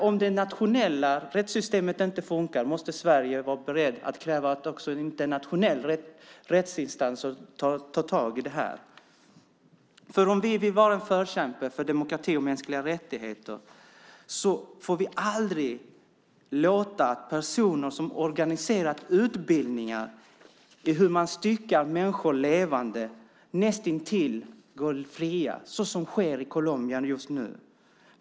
Om det nationella rättssystemet inte fungerar måste därför Sverige vara berett att kräva att en internationell rättsinstans tar tag i frågan. Om vi vill vara en förkämpe för demokrati och mänskliga rättigheter får vi aldrig låta personer som organiserat utbildning i hur man styckar människor levande näst intill gå fria, vilket nu sker i Colombia.